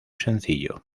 sencillo